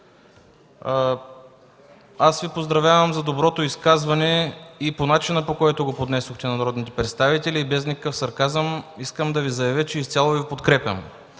аз Ви поздравявам за доброто изказване и за начина, по който го поднесохте на народните представители. Без никакъв сарказъм искам да заявя, че изцяло Ви подкрепям.